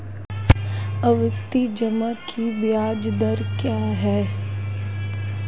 आवर्ती जमा की ब्याज दर क्या है?